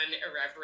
irreverent